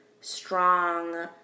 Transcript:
strong